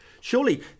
Surely